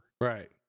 Right